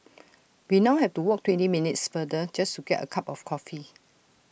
we now have to walk twenty minutes further just to get A cup of coffee